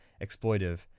exploitive